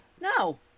No